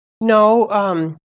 No